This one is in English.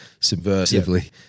subversively